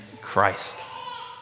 Christ